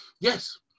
yes